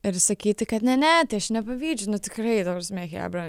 ir sakyti kad ne ne tai aš nepavydžiu nu tikrai ta prasme chebra